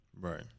Right